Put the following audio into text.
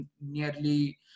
nearly